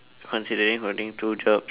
considering holding two jobs